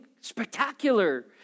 spectacular